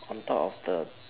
on top of the